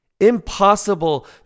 impossible